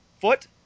Foot